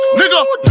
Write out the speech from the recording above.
nigga